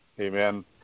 Amen